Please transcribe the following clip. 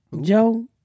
Joe